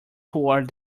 toward